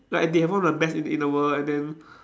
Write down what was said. like they have one of the best in the in the world and then